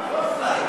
הכנסת.